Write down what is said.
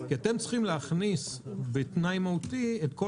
אתם צריכים להכניס בתנאי מהותי את כל